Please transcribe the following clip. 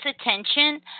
attention